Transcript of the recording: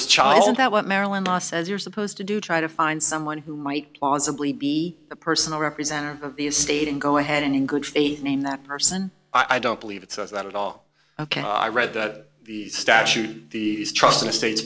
or child that what maryland law says you're supposed to do try to find someone who might plausibly be a personal representative of the state and go ahead and in good faith name that person i don't believe it says that at all ok i read that the statute the trust in the states